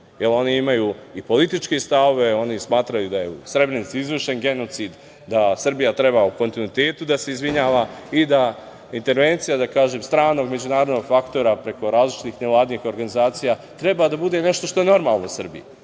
jer oni imaju i političke stavove, oni smatraju da je u Srebrenici izvršen genocid, da Srbija treba u kontinuitetu da se izvinjava i da intervencija, da kažem, stranog međunarodnog faktora preko različitih nevladinih organizacija treba da bude nešto što je normalno u Srbiji. Mi